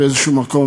באיזשהו מקום,